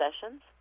sessions